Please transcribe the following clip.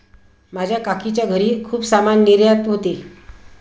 माझ्या काकीच्या घरी खूप सामान निर्यात होते